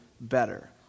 better